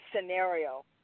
scenario